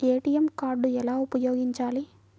ATM card ఎలా ఉపయోగించాలి?